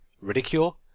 Ridicule